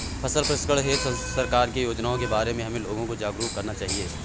फसल प्रसंस्करण हेतु सरकार की योजनाओं के बारे में हमें लोगों को जागरूक करना चाहिए